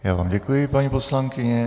Já vám děkuji, paní poslankyně.